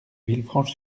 villefranche